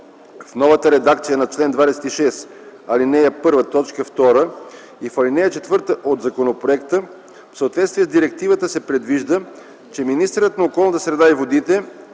В новата редакция на чл. 26, ал. 1, т. 2 и в ал. 4 от законопроекта в съответствие с Директивата се предвижда, че министърът на околната среда и водите